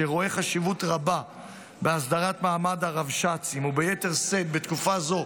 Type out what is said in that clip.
שרואה חשיבות רבה בהסדרת מעמד הרבש"ץ וביתר שאת בתקופה הזו,